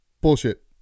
Bullshit